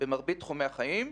במרבית תחומי החיים.